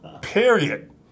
period